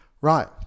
Right